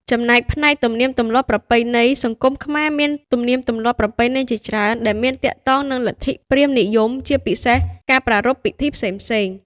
ចំពោះ ផ្នែកទំនៀមទម្លាប់ប្រពៃណី សង្គមខ្មែរមានទំនៀមទម្លាប់ប្រពៃណីជាច្រើនដែលមានទាក់ទងនឹងលទ្ធិព្រាហ្មណ៍និយម ជាពិសេស ការប្រារព្ធពិធីផ្សេងៗ។